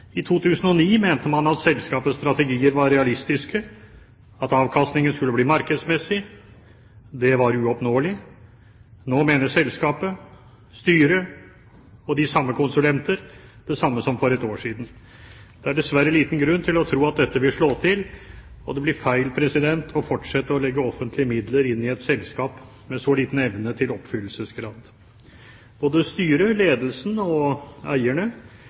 I 2009 mente man at selskapets strategier var realistiske, at avkastningen skulle bli markedsmessig. Det var uoppnåelig. Nå mener selskapet, styret og de samme konsulenter det samme som for et år siden. Det er dessverre liten grunn til å tro at dette vil slå til, og det blir feil å fortsette å legge offentlige midler inn i et selskap med så liten evne til oppfyllelsesgrad. Både styret, ledelsen og eierne